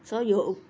so you